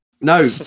No